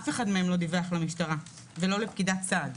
אף אחד מהם לא דיווח למשטרה ולא לפקידת סעד